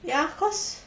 ya of course